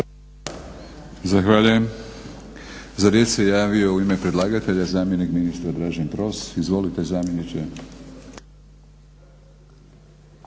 Zahvaljujem. Za riječ se javio u ime predlagatelja zamjenik ministra Dražen Pros. Izvolite zamjeniče.